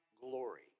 glory